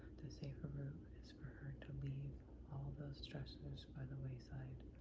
the safer route is for her to leave all those stresses by the wayside.